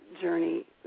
journey